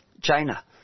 China